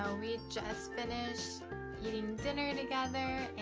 ah we just finished eating dinner together